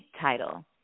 title